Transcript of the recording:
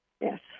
Yes